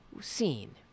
seen